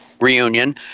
reunion